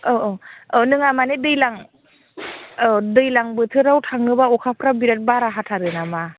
औ औ औ नङा माने दैज्लां औ दैज्लां बोथोराव थाङोबा अखाफोरा बिराद बारा हाथारो नामा